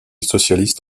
socialiste